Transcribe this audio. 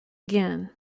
again